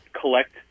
collect